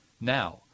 now